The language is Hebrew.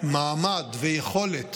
מעמד ויכולת